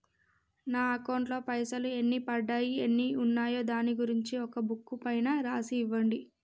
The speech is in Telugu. నా అకౌంట్ లో పైసలు ఎన్ని పడ్డాయి ఎన్ని ఉన్నాయో దాని గురించి ఒక బుక్కు పైన రాసి ఇవ్వండి?